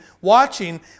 watching